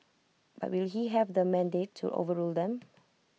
but will he have the mandate to overrule them